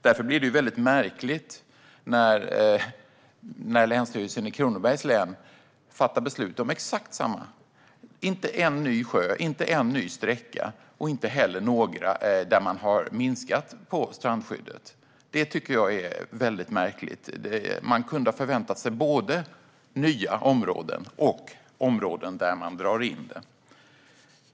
Därför blir det väldigt märkligt när Länsstyrelsen i Kronobergs län fattar beslut om exakt samma: inte en ny sjö, inte en ny sträcka och inte heller några där man har minskat på strandskyddet. Det tycker jag är väldigt märkligt. Man kunde ha förväntat sig både nya områden och områden där det dras in.